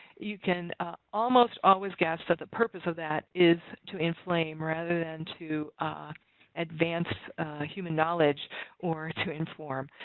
you can almost always guess that the purpose of that is to inflame rather than to advance human knowledge or to inform.